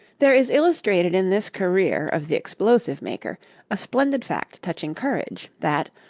there is illustrated in this career of the explosive maker a splendid fact touching courage, that,